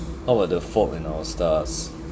how about the fault in our stars